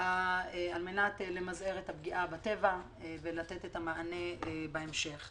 על מנת למזער את הפגיעה בטבע ולתת את המענה בהמשך.